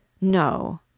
No